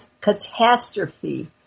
catastrophe